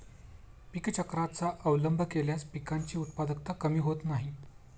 पीक चक्राचा अवलंब केल्यास पिकांची उत्पादकता कमी होत नाही